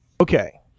Okay